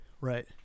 right